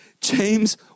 James